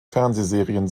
fernsehserien